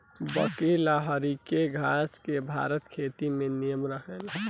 बकरी ला हरियरके घास से भरल खेत ही निमन रहेला